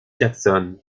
jackson